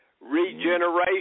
regeneration